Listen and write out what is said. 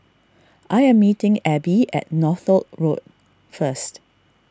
I am meeting Abie at Northolt Road first